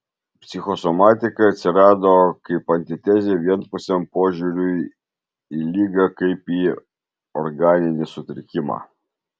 psichosomatika atsirado kaip antitezė vienpusiam požiūriui į ligą kaip į organinį sutrikimą